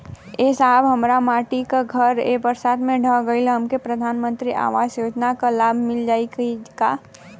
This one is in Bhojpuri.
ए साहब हमार माटी क घर ए बरसात मे ढह गईल हमके प्रधानमंत्री आवास योजना क लाभ मिल जाई का?